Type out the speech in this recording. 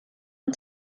een